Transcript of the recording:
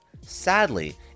Sadly